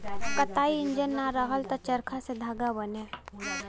कताई इंजन ना रहल त चरखा से धागा बने